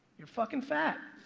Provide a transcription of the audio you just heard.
you're fuckin' fat.